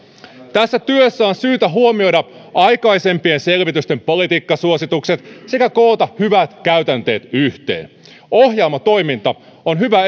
tässä työssä on syytä huomioida aikaisempien selvitysten politiikkasuositukset sekä koota hyvät käytänteet yhteen ohjaamo toiminta on hyvä